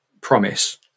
promise